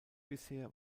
bisher